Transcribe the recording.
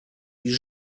ich